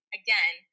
again